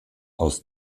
aus